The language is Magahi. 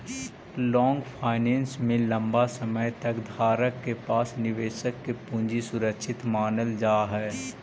लॉन्ग फाइनेंस में लंबा समय तक धारक के पास निवेशक के पूंजी सुरक्षित मानल जा हई